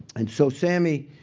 and so sammy